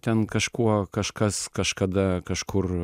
ten kažkuo kažkas kažkada kažkur